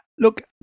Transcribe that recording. Look